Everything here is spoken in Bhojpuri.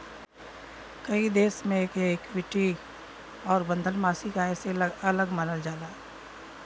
कई देश मे एके इक्विटी आउर बंधल मासिक आय से अलग मानल जाला